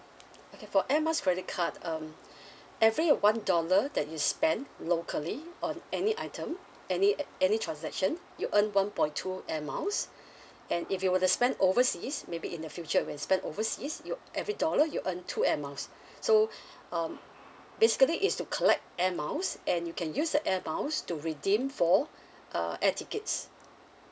okay for air miles credit card um every one dollar that you spend locally on any item any any transaction you earn one point two air miles and if you were to spend overseas maybe in the future when spend overseas you every dollar you earn two air miles so um basically it's to collect air miles and you use the air miles to redeem for uh air tickets